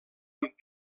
amb